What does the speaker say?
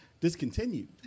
discontinued